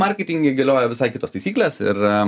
marketinge galioja visai kitos taisyklės ir